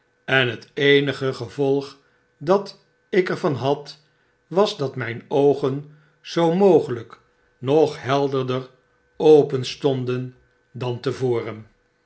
en het eenige gevolg dat ik er van had was dat mijn oogen zoo mogelp nog helderder open stonden dan te voren